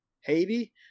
haiti